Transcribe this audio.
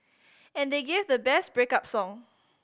and they gave the best break up song